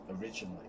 originally